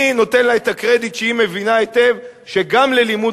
אני נותן לה את הקרדיט שהיא מבינה היטב שגם לימוד